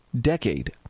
decade